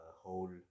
whole